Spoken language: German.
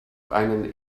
einen